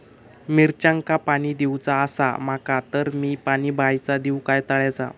मिरचांका पाणी दिवचा आसा माका तर मी पाणी बायचा दिव काय तळ्याचा?